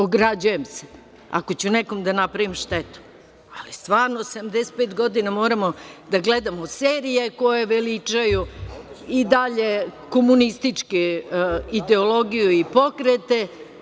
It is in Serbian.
Ograđujem se, ako ću nekom da napravim štetu, ali stvarno 75 godina moramo da gledamo serije koje veličaju i dalje komunističku ideologiju i pokret.